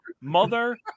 Mother